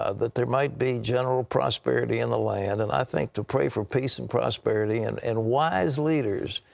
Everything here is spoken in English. ah that there might be general prosperity in the land, and i think to pray for peace and prosperity and and wise leaders.